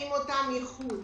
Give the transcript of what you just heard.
ומביאים אותם מחו"ל.